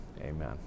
amen